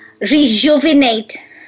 rejuvenate